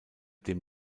dem